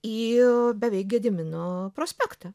į beveik gedimino prospektą